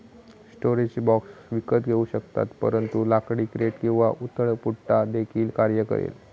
storage box विकत घेऊ शकतात परंतु लाकडी क्रेट किंवा उथळ पुठ्ठा देखील कार्य करेल